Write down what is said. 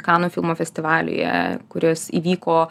kanų filmų festivalyje kuris įvyko